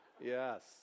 Yes